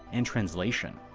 and translation.